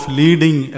leading